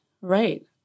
right